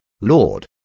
Lord